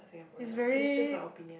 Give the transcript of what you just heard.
is very